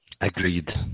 Agreed